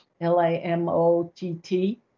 L-A-M-O-T-T